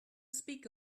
speak